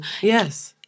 Yes